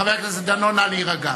חבר הכנסת דנון, נא להירגע.